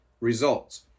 results